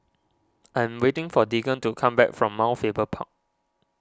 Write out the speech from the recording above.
I'm waiting for Deegan to come back from Mount Faber Park